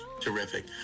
Terrific